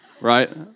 right